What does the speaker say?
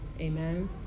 Amen